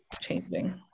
changing